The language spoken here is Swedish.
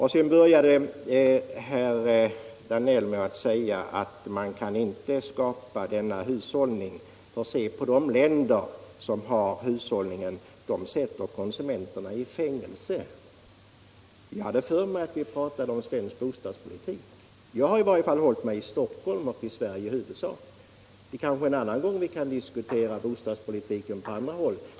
Herr Danell sade sedan att man inte skall skapa en planhushållning på detta område; se på de länder som har en sådan — de sätter konsumenterna i fängelse! Jag hade för mig att vi nu pratar om svensk bostadspolitik och inte om hur kriminalpolitiken fungerar i andra länder. Jag har i varje fall hållit mig till problemen i Stockholm och till det övriga Sverige. Vi kanske en annan gång kan diskutera bostadspolitiken på andra håll.